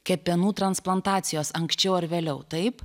kepenų transplantacijos anksčiau ar vėliau taip